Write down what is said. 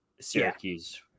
Syracuse